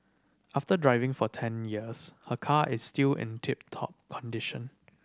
after driving for ten years her car is still in tip top condition